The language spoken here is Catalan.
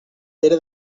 pere